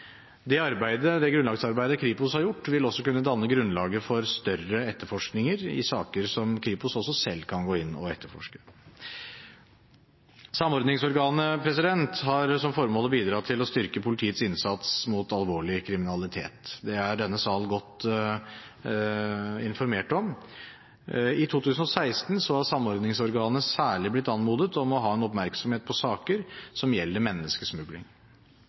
Det grunnlagsarbeidet som Kripos har gjort, vil også kunne danne grunnlaget for større etterforskninger i saker som Kripos også selv kan gå inn og etterforske. Samordningsorganet har som formål å bidra til å styrke politiets innsats mot alvorlig kriminalitet. Det er denne salen godt informert om. I 2016 har Samordningsorganet særlig blitt anmodet om å ha oppmerksomhet på saker som gjelder menneskesmugling.